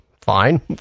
fine